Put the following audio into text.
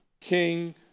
king